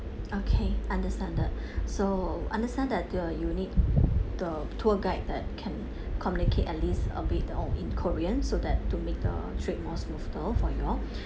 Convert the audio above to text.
okay understand that so understand that uh you need the tour guide that can communicate at least a bit um in korean so that to make the trip more smoother for you all